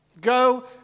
Go